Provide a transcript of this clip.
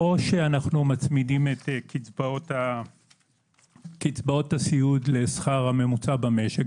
או להצמיד את קצבאות הסיעוד לשכר הממוצע במשק,